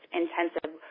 intensive